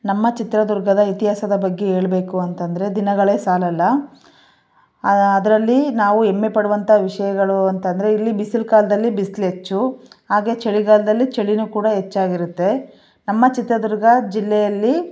ನಮ್ಮ ಚಿತ್ರದುರ್ಗದ ಇತಿಹಾಸದ ಬಗ್ಗೆ ಹೇಳ್ಬೇಕು ಅಂತಂದರೆ ದಿನಗಳೇ ಸಾಲಲ್ಲ ಅದರಲ್ಲಿ ನಾವು ಹೆಮ್ಮೆ ಪಡುವಂಥ ವಿಷಯಗಳು ಅಂತಂದರೆ ಇಲ್ಲಿ ಬಿಸಿಲು ಕಾಲದಲ್ಲಿ ಬಿಸ್ಲು ಹೆಚ್ಚು ಹಾಗೇ ಚಳಿಗಾಲದಲ್ಲಿ ಚಳಿನೂ ಕೂಡ ಹೆಚ್ಚಾಗಿರುತ್ತೆ ನಮ್ಮ ಚಿತ್ರದುರ್ಗ ಜಿಲ್ಲೆಯಲ್ಲಿ